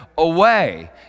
away